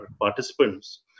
participants